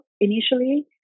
initially